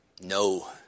No